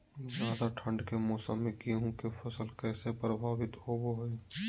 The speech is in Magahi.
ज्यादा ठंड के मौसम में गेहूं के फसल कैसे प्रभावित होबो हय?